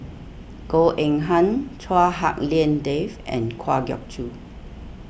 Goh Eng Han Chua Hak Lien Dave and Kwa Geok Choo